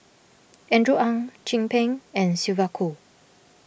Andrew Ang Chin Peng and Sylvia Kho